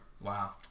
Wow